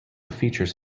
features